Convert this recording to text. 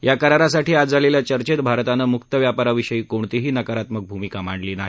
या करारासाठी आज झालेल्या चर्चेत भारतानं म्क्त व्यापाराविषयी कोणतीही नकारात्मक भूमिका मांडली नाही